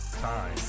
time